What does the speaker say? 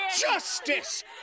justice